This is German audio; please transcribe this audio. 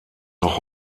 noch